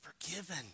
forgiven